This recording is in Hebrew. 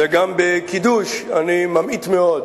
וגם בקידוש אני ממעיט מאוד.